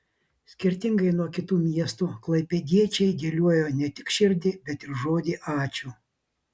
skirtingai nuo kitų miestų klaipėdiečiai dėliojo ne tik širdį bet ir žodį ačiū